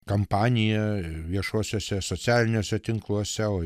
kampanija viešosiose socialiniuose tinkluose o